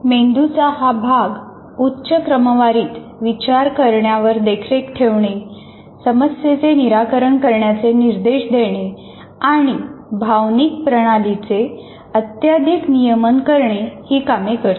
मेंदूचा हा भाग उच्च क्रमवारीत विचार करण्यावर देखरेख ठेवणे समस्येचे निराकरण करण्याचे निर्देश देणे आणि भावनिक प्रणालीचे अत्यधिक नियमन करणे ही कामे करतो